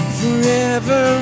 forever